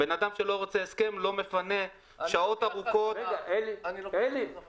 בן אדם שלא רוצה הסכם לא מפנה שעות ארוכות --- אני לוקח חזרה,